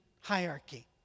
hierarchy